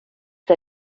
der